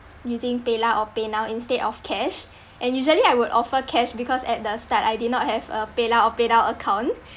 using paylah or paynow instead of cash and usually I would offer cash because at the start I did not have a paylah or paynow account